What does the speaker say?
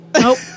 nope